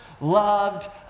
loved